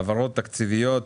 העברות תקציביות.